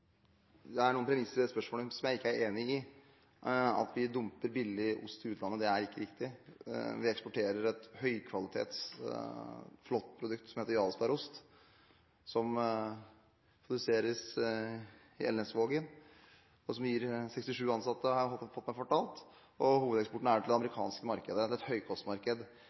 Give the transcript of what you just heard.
Det er noen premisser i det spørsmålet som jeg ikke er enig i. At vi dumper billig ost til utlandet er ikke riktig. Vi eksporterer et høykvalitets, flott produkt som heter Jarlsbergost, som produseres i Elnesvågen, og som gir 67 ansatte jobb, har jeg fått meg fortalt. Hovedeksporten er til det amerikanske markedet – det er et høykostmarked.